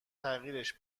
تغییرش